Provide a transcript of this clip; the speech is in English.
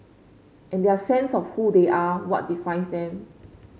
and their sense of who they are what defines them